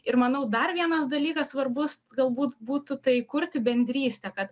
ir manau dar vienas dalykas svarbus galbūt būtų tai kurti bendrystę kad